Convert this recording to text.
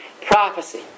Prophecy